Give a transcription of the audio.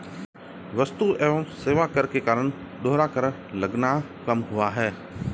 वस्तु एवं सेवा कर के कारण दोहरा कर लगना कम हुआ है